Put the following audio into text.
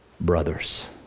brothers